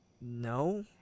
no